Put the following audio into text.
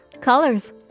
Colors